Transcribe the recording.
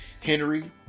Henry